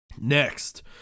Next